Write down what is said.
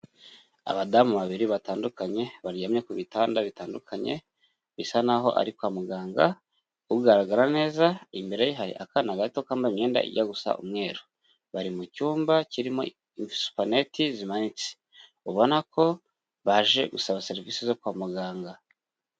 Abadamu babiri batandukanye baryamye ku bitanda bitandukanye, bisa naho ari kwa muganga, ugaragara neza imbere ye hari akana gato kambaye imyenda ijya gusa umweru, bari mu cyumba kirimo supaneti zimanitse, ubona ko baje gusaba serivisi zo kwa muganga.